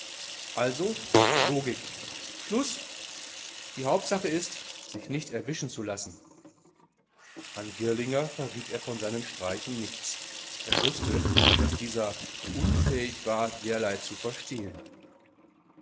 also logik schluß die hauptsache ist sich nicht erwischen lassen an girlinger verriet er von seinen streichen nichts er wußte daß dieser unfähig war derlei zu verstehen